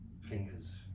fingers